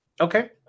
Okay